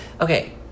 Okay